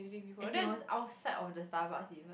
as in was outside of the Starbucks even